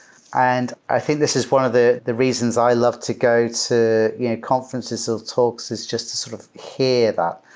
and i think this is one of the the reasons i love to go to yeah conferences or so talks is just to sort of hear that.